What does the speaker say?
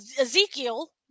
Ezekiel